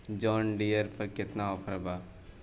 John Deere पर केतना offer बा?